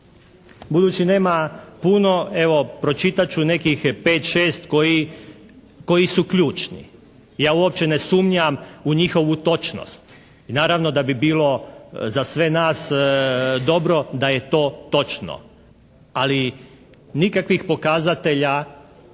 Budući nema puno, evo pročitat ću nekih 5, 6 koji su ključni. Ja uopće ne sumnjam u njihovu točnost. Naravno da bi bilo za sve nas dobro da je to točno, ali nikakvih pokazatelja